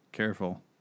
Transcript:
Careful